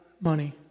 money